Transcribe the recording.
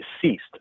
ceased